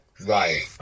Right